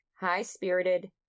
high-spirited